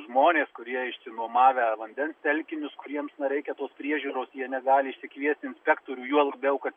žmonės kurie išsinuomodavę vandens telkinius kuriems na reikia tos priežiūros jie negali išsikviesti inspektorių juo labiau kad